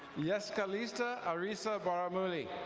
yescalista arissa baramudi.